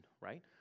right